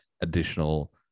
additional